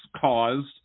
caused